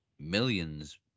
millions